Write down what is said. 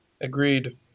Agreed